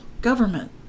government